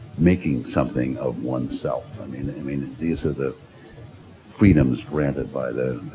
making something of one's self. i mean, i mean these are the freedoms granted by the